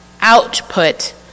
output